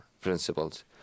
principles